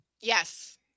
Yes